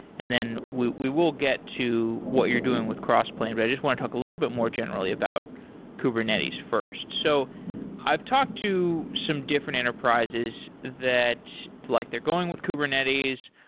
and then we we will get to what you're doing with crossplane, but just want to talk a little bit more generally about kubernetes first. so i've talked to some different enterprises that like they're going with kubernetes,